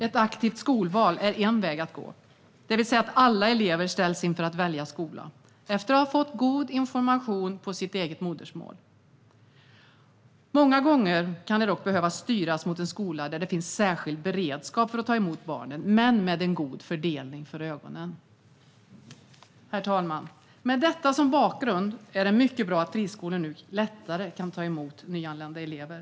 Ett aktivt skolval är en väg att gå, det vill säga att alla elever ställs inför att välja skola efter att ha fått god information på sitt eget modersmål. Många gånger kan de dock behöva styras mot en skola där det finns särskild beredskap för att ta emot barnen men med en god fördelning för ögonen. Herr talman! Med detta som bakgrund är det mycket bra att friskolor nu lättare kan ta emot nyanlända elever.